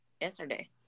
yesterday